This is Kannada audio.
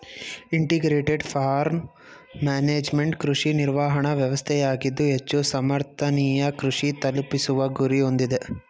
ಇಂಟಿಗ್ರೇಟೆಡ್ ಫಾರ್ಮ್ ಮ್ಯಾನೇಜ್ಮೆಂಟ್ ಕೃಷಿ ನಿರ್ವಹಣಾ ವ್ಯವಸ್ಥೆಯಾಗಿದ್ದು ಹೆಚ್ಚು ಸಮರ್ಥನೀಯ ಕೃಷಿ ತಲುಪಿಸುವ ಗುರಿ ಹೊಂದಿದೆ